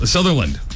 Sutherland